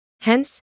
hence